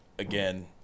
Again